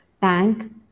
tank